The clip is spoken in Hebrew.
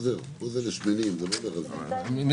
"סקרי